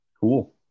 Cool